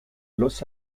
los